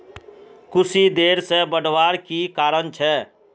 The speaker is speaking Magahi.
कुशी देर से बढ़वार की कारण छे?